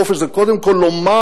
החופש זה קודם כול לומר